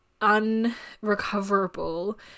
unrecoverable